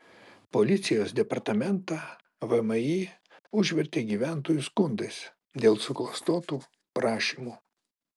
policijos departamentą vmi užvertė gyventojų skundais dėl suklastotų prašymų